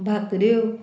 भाकऱ्यो